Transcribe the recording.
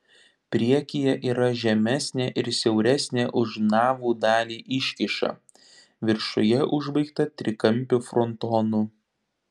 priekyje yra žemesnė ir siauresnė už navų dalį iškyša viršuje užbaigta trikampiu frontonu